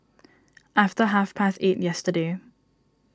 after half past eight yesterday